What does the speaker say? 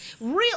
real